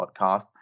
podcast